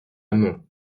mons